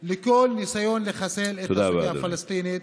נתנגד לכל ניסיון לחסל את הסוגיה הפלסטינית,